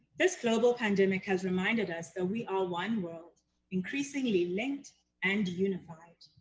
this global pandemic has reminded us that we are one world increasingly linked and unified.